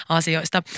asioista